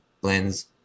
blends